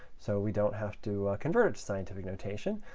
so we don't have to convert to scientific notation.